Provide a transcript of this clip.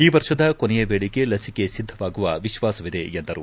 ಈ ವರ್ಷದ ಕೊನೆಯ ವೇಳಿಗೆ ಲಸಿಕೆ ಸಿದ್ದವಾಗುವ ವಿಶ್ವಾಸವಿದೆ ಎಂದರು